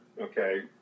Okay